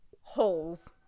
holes